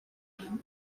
then